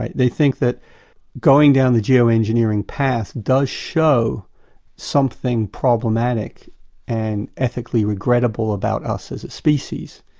they think that going down the geoengineering path does show something problematic and ethically regrettable about us as a species.